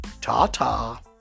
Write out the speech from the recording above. Ta-ta